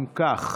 אם כך,